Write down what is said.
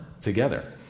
together